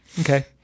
Okay